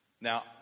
Now